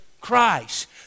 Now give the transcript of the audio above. Christ